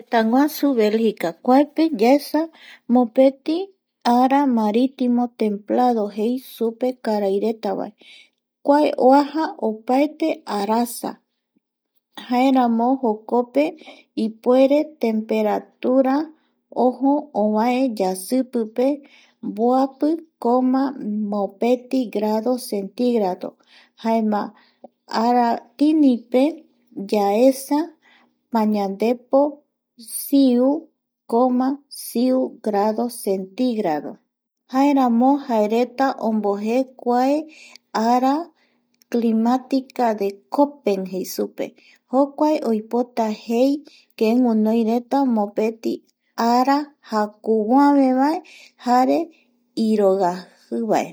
Tëtäguasu Belgica kuape yaesa mopeti ara maritimo teplado jei supe karairetavae kua oaja opaete arasa jaeramo jokope ipuere temperatura ojo ovae yasipipe mboapi coma mopeti grado centígrado jaema aratinipe yaesa pañandepo siu coma siu grado centígrado jaeramo jaereta ombojee kua ara climatica de copel jei supe jokua oipota jei que guinoireta mopeti ara jakuvoavevae jare iroi ajivae